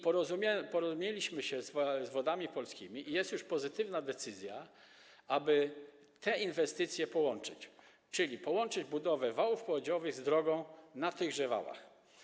Porozumieliśmy się z Wodami Polskimi i jest już pozytywna decyzja, aby te inwestycje połączyć, czyli połączyć budowę wałów powodziowych z drogą na tychże wałach.